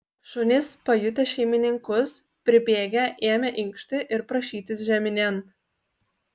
šunys pajutę šeimininkus pribėgę ėmė inkšti ir prašytis žeminėn